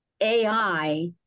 AI